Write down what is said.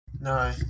No